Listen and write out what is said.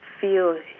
feel